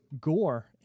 gore